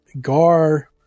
Gar